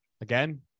Again